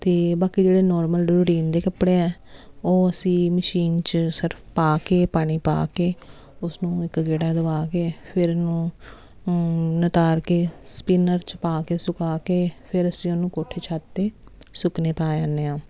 ਅਤੇ ਬਾਕੀ ਜਿਹੜੇ ਨਾਰਮਲ ਰੂਟੀਨ ਦੇ ਕੱਪੜੇ ਆ ਉਹ ਅਸੀਂ ਮਸ਼ੀਨ 'ਚ ਸਰਫ ਪਾ ਕੇ ਪਾਣੀ ਪਾ ਕੇ ਉਸਨੂੰ ਇੱਕ ਗੇੜਾ ਦਵਾ ਕੇ ਫਿਰ ਇਹਨੂੰ ਨਿਤਾਰ ਕੇ ਸਪਿਨਰ 'ਚ ਪਾ ਕੇ ਸੁਕਾ ਕੇ ਫਿਰ ਅਸੀਂ ਉਹਨੂੰ ਕੋਠੇ ਛੱਤ 'ਤੇ ਸੁੱਕਣੇ ਪਾ ਆਉਂਦੇ ਹਾਂ